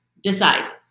Decide